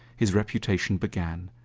his reputation began.